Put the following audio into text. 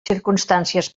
circumstàncies